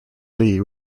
lee